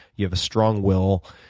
you have a strong will.